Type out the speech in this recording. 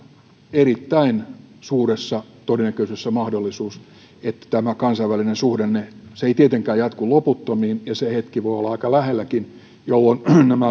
erittäin suurella todennäköisyydellä mahdollisuus että tämä kansainvälinen suhdanne ei jatku loputtomiin ei tietenkään ja se hetki voi olla aika lähelläkin jolloin